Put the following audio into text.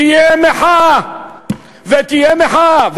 תהיה מחאה ותהיה מחאה.